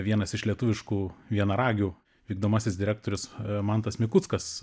vienas iš lietuviškų vienaragių vykdomasis direktorius mantas mikuckas